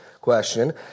question